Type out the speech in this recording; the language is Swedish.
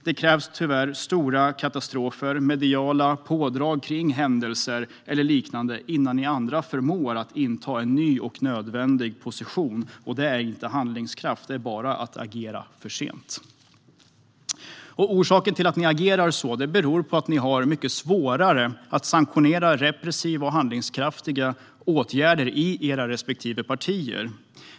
Det krävs tyvärr stora katastrofer, mediala pådrag kring händelser eller liknande innan ni andra förmår inta en ny och nödvändig position. Det är inte handlingskraft; det är bara att agera för sent. Att ni agerar så beror på att ni har mycket svårare att sanktionera repressiva och handlingskraftiga åtgärder i era respektive partier.